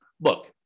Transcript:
look